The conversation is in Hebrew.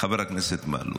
חבר הכנסת מלול,